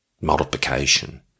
multiplication